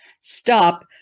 stop